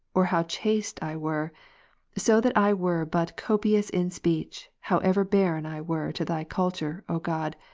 or how chaste i were so that i were but copious in speech, however barren i were to thy culture, o god,